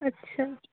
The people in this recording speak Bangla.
আচ্ছা